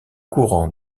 courant